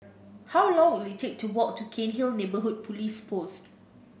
how long will it take to walk to Cairnhill Neighbourhood Police Post